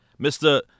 Mr